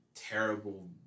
terrible